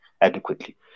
adequately